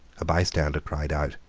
a bystander cried out,